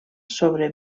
sobre